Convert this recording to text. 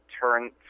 turn